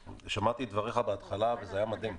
שמעתי את דבריך בתחילת הדיון וזה היה מדהים.